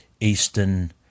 Eastern